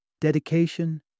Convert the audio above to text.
dedication